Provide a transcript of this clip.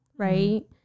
Right